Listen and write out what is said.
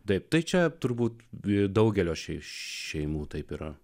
taip tai čia turbūt e daugelio šeimų taip yra